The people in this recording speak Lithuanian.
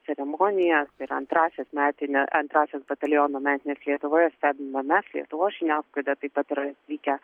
ceremoniją ir antrąsias metinę antrąsias bataliono metines lietuvoje stebime mes lietuvos žiniasklaida taip pat yra atvykę